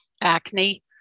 acne